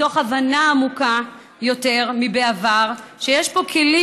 מתוך הבנה עמוקה יותר מבעבר שיש פה כלים